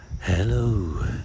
Hello